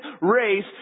race